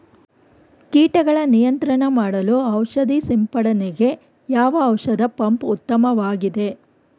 ಕೀಟಗಳ ನಿಯಂತ್ರಣ ಮಾಡಲು ಔಷಧಿ ಸಿಂಪಡಣೆಗೆ ಯಾವ ಔಷಧ ಪಂಪ್ ಉತ್ತಮವಾಗಿದೆ?